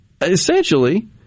essentially